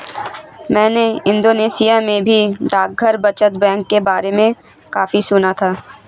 मैंने इंडोनेशिया में भी डाकघर बचत बैंक के बारे में काफी सुना था